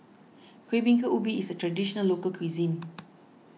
Kueh Bingka Ubi is a Traditional Local Cuisine